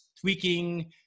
tweaking